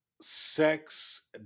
sex